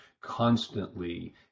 constantly